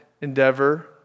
endeavor